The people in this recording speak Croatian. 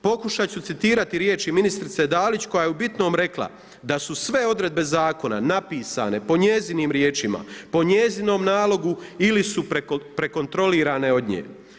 Pokušati ću citirati riječi ministrice Dalić koja je u bitnom rekla da su sve odredbe zakona napisane po njezinim riječima, po njezinom nalogu ili su prekontrolirane od nje.